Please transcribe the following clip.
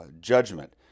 judgment